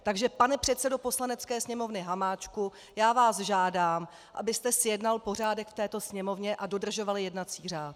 Takže pane předsedo Poslanecké sněmovny Hamáčku, já vás žádám, abyste zjednal pořádek v této Sněmovně a dodržoval jednací řád!